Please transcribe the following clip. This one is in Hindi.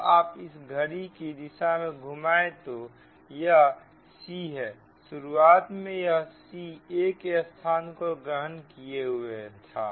अब आप इसे घड़ी की दिशा में घुमाएं तो यह c है शुरुआत में यह c a के स्थान को ग्रहण किए हुए था